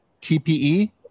TPE